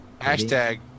hashtag